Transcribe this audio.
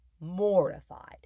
mortified